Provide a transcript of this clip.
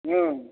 हाँ